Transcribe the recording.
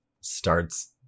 starts